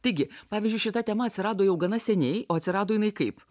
taigi pavyzdžiui šita tema atsirado jau gana seniai o atsirado jinai kaip